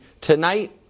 tonight